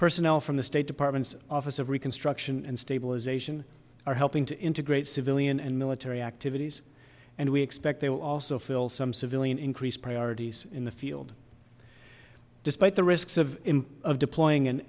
personnel from the state department's office of reconstruction and stabilization are helping to integrate civilian and military activities and we expect they will also fill some civilian increased priorities in the field despite the risks of of deploying